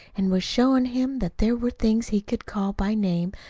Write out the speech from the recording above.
an' was showin' him that there were things he could call by name,